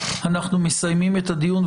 אנחנו מסיימים את הדיון,